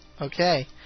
Okay